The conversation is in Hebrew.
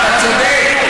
אתה צודק.